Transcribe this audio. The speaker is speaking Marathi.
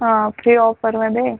हं फ्री ऑपरमध्ये